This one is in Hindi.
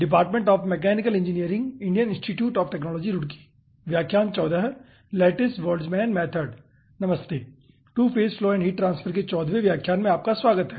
नमस्ते two phase flow and heat transfer के चौदहवें व्याख्यान में आपका स्वागत है